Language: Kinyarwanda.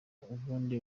ubundi